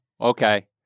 okay